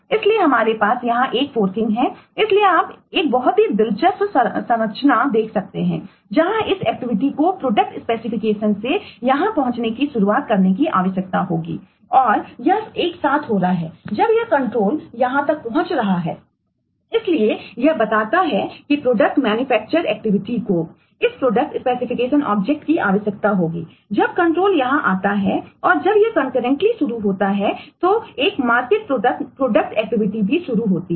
इसलिए इन दोनों को कंकर्रेंटलीभी शुरू होती है